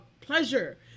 pleasure